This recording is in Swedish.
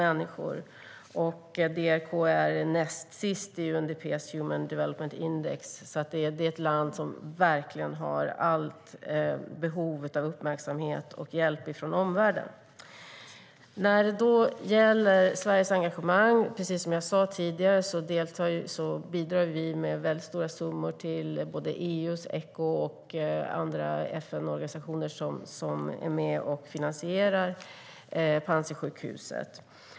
DRK ligger näst sist i UNDP:s Human Development Index. Det är alltså ett land som har stort behov av uppmärksamhet och hjälp från omvärlden. Vad gäller Sveriges engagemang bidrar vi, som sagt, med stora summor till EU:s Echo och de FN-organisationer som är med och finansierar Panzisjukhuset.